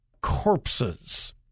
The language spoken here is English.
corpses